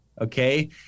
okay